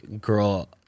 girl